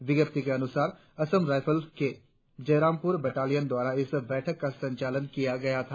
विज्ञप्ति के अनुसार असम राईफल के जयरामपुर बटालियन द्वारा इस बैठक का संचालन किया गया था